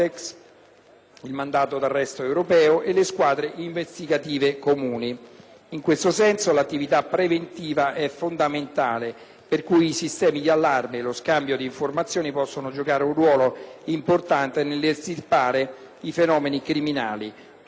il mandato di arresto europeo e con le squadre investigative comuni.